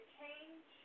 change